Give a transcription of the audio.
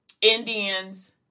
Indians